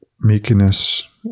meekness